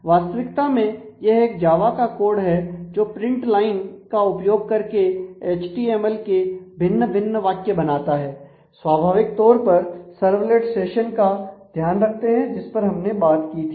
वास्तविकता में यह एक जावा का कोड है जो प्रिंट लाइन का ध्यान रखते हैं जिस पर हमने बात की थी